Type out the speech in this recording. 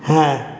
হ্যাঁ